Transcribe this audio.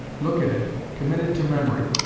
look at it, commit it to memory,